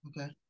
okay